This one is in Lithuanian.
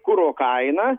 kuro kainą